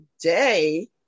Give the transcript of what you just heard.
today